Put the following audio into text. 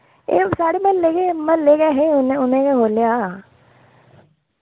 एह् साढ़े म्हल्ले गै म्हल्ले गै हे उ'नैं उ'नै गै खोह्याआ